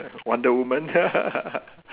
wonder woman